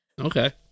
Okay